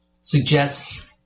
suggests